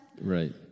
Right